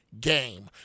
Game